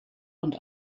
und